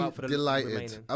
delighted